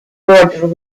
border